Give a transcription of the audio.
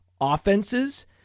offenses